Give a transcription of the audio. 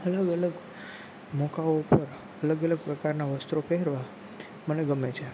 અલગ અલગ મોકાઓ ઉપર અલગ અલગ પ્રકારના વસ્ત્રો પહેરવાં મને ગમે છે